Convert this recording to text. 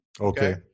Okay